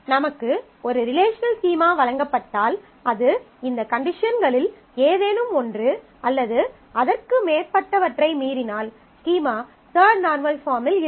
நமக்கு ஒரு relational schema வழங்கப்பட்டால் அது இந்த கண்டிஷன்களில் ஏதேனும் ஒன்று அல்லது அதற்கு மேற்பட்டவற்றை மீறினால் ஸ்கீமா தர்ட் நார்மல் பாஃர்ம்மில் இல்லை